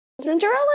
Cinderella